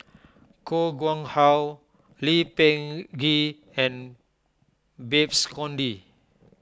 Koh Guang How Lee Peh Gee and Babes Conde